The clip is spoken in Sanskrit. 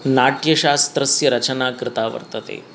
नाट्यशास्त्रस्य रचना कृता वर्तते